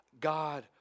God